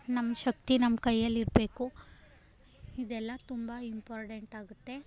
ನಮ್ಮ ಶಕ್ತಿ ನಮ್ಮ ಕೈಯಲ್ಲಿರಬೇಕು ಇದೆಲ್ಲಾ ತುಂಬ ಇಂಪಾರ್ಡೆಂಟಾಗುತ್ತೆ